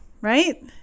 right